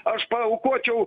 aš paaukočiau